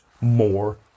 more